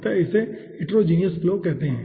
अतः इसे heterogeneous flow कहते हैं